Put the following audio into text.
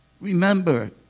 remember